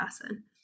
person